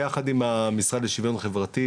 ביחד עם המשרד לשיוויון חברתי,